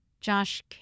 Josh